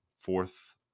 fourth